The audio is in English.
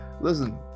Listen